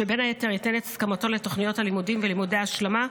שבין היתר ייתן את הסכמתו לתוכניות הלימודים ולימודי ההשלמה,